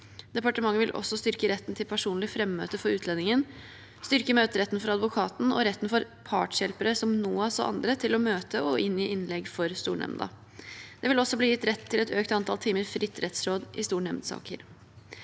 Departementet vil også styrke retten til personlig frammøte for utlendingen, styrke møteretten for advokaten og retten for partshjelpere som NOAS og andre til å møte og inngi innlegg for stornemnda. Det vil også bli gitt rett til et økt antall timer fritt rettsråd i stornemndsaker.